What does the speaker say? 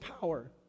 power